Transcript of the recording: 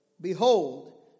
Behold